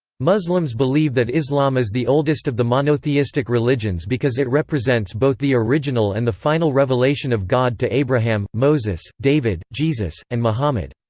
muslims believe that islam is the oldest of the monotheistic religions because it represents both the original and the final revelation of god to abraham, moses, david, jesus, and muhammad.